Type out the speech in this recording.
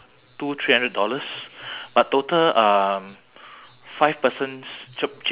I treat him more like a father than than than a manager